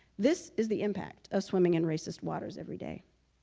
this is the impact of swimming and racist waters every day